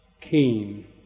keen